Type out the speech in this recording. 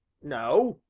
no,